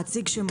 להציג שמות.